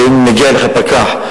ואם מגיע אליך פקח,